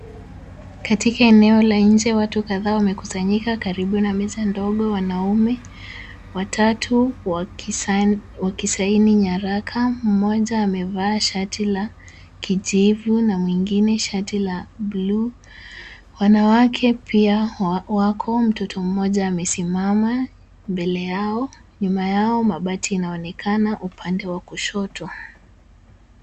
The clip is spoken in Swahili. Katika eneo la nje watu kadhaa wamekusanyika karibu na meza ndogo. Wanaume watatu wa wakisaini nyaraka, mmoja amevaa shati la kijivu na mwingine shati la bluu. Wanawake pia wako, mtoto mmoja amesimama mbele yao. Nyuma yao mabati inaonekana upande wa kushoto.